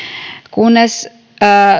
kunnes